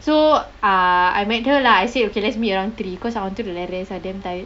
so uh I met her lah I say okay lets meet around three because I wanted to like rest ah damn tired